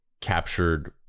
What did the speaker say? captured